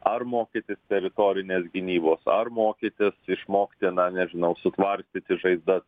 ar mokytis teritorinės gynybos ar mokytis išmokti na nežinau sutvarstyti žaizdas